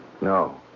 No